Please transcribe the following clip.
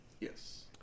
Yes